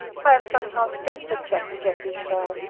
i am sometimes friend with jacky jacky's tribe.